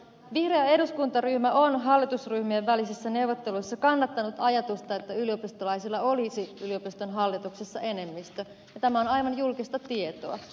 vihreä eduskuntaryhmä on hallitusryhmien välisissä neuvotteluissa kannattanut ajatusta että yliopistolaisilla olisi yliopiston hallituksessa enemmistö ja tämä on aivan julkista tietoa